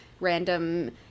random